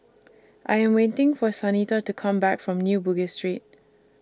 I Am waiting For Shanita to Come Back from New Bugis Street